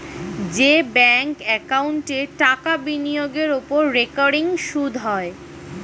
যে ব্যাঙ্ক একাউন্টে টাকা বিনিয়োগের ওপর রেকারিং সুদ হয়